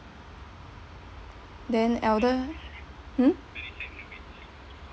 then elder hmm